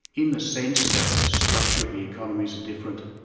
in the sense that the structure of the economies are different,